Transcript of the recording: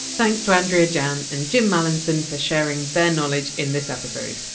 thanks to andrea jain and jim mallinson for sharing their knowledge in this episode.